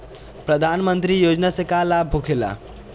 प्रधानमंत्री योजना से का लाभ होखेला?